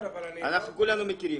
אנחנו כולנו מכירים.